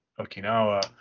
Okinawa